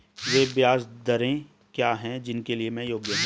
वे ब्याज दरें क्या हैं जिनके लिए मैं योग्य हूँ?